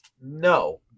No